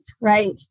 right